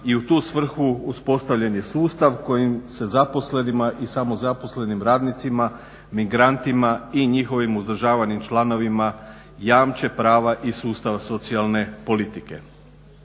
i u tu svrhu uspostavljen je sustav kojim se zaposlenima i samo zaposlenim radnicima migrantima i njihovim uzdržavanim članovima jamče prava iz sustava socijalne politike.